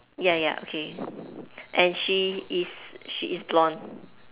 ya ya okay and she is she is blonde